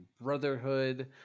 brotherhood